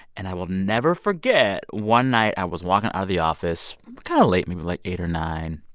and i will never forget, one night i was walking out of the office kind of late, maybe like eight or nine.